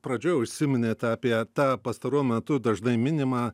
pradžioj užsiminėt apie tą pastaruoju metu dažnai minimą